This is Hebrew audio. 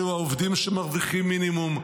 אלו העובדים שמרוויחים מינימום,